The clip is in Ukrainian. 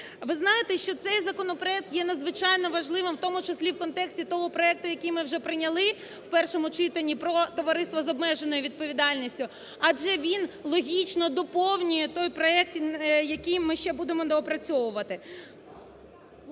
Ви знаєте, що цей законопроект є надзвичайно важливим, у тому числі в контексті того проекту, який ми вже прийняли в першому читанні про товариства з обмеженою відповідальністю, адже він логічно доповнює той проект, який ми ще будемо доопрацьовувати.